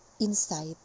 insight